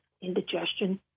indigestion